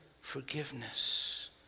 forgiveness